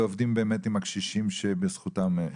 עובדים באמת עם הקשישים שבזכותם הם כאן.